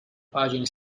pagine